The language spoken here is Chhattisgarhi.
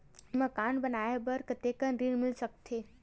मकान बनाये बर कतेकन ऋण मिल सकथे?